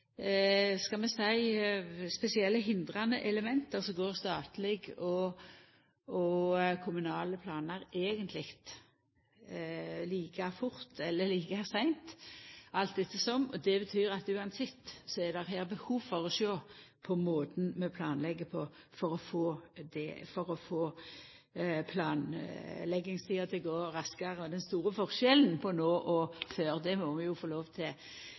spesielle hindrande element, går statlege og kommunale planar eigentleg like fort, eller like seint, alt etter som. Det betyr at uansett er det her behov for å sjå på måten vi planlegg på for å få planleggingstida til å gå raskare. Den store forskjellen på no og før må vi jo få lov til å gleda oss over, og det er at no blir det faktisk bygd jernbane. Så er kompetanse òg eit hindrande element til